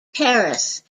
terrace